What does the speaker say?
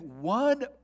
one